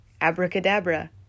abracadabra